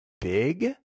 big